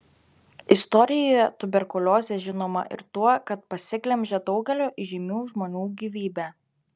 istorijoje tuberkuliozė žinoma ir tuo kad pasiglemžė daugelio įžymių žmonių gyvybę